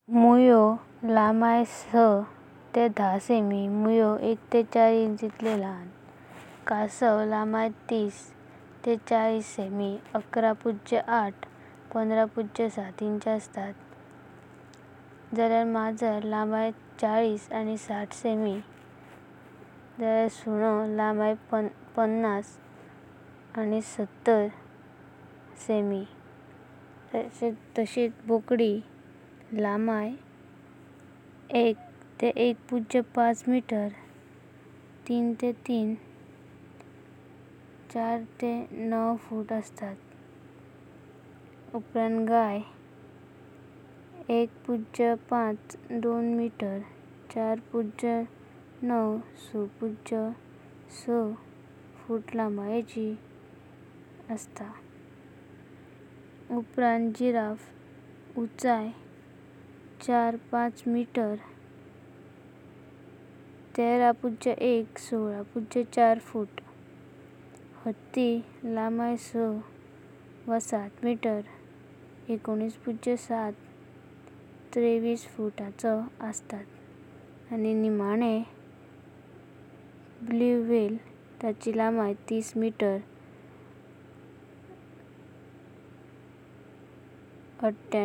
होय, गाय आनी बोकडयो आपल्यां मालकांक वलाखुपाका हुसाहर आसतात आनी तांचे कडेना घाट्ट नातें तयार करुंक शकतातातां। तांची मोग दाखोवपाची पद्धत सुन्ह्यांपर‌सा वा मजारापर‌सा वेगळी असुं येता, पुण ते मोगलां वागणुकां दाखायतातां। जशे की गयांतळी वलाखा आनी मोग। आवाजा वलाखपा गाय आपल्या मालकाचो आवाज वलाखून ताका प्रतिसाद दीतात। जाल्यार चाटपा हे कण्यां गाय आपल्यां मालकाचें हात वा तोंड चाटून मोगाचीं लक्षनां म्हणुं येतातां। जाल्यार दुस‌रे‌काडे अशिले बोकड्यांमध्ये वलाखा आनी मोग दाखाय‌तात। टाकळी मारपा बोकड्यान्नी मोगाची वा खेलगडिपानाचीं लक्षनं म्हणूं आपल्यां मालका का हलुचा टाकळी मारुं येता। फटफ़‌ट बोकडयो आपल्यां मालकाच्या फटल्यांनां शेतांते वा चारवापाच्या वठारांतां भोंवटानिं वाचुंक शकतातां।